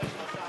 בכרמיאל.